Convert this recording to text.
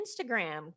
Instagram